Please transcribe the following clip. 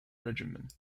regiment